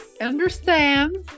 understands